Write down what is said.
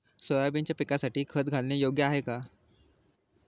सोयाबीनच्या पिकासाठी खत घालणे योग्य आहे का?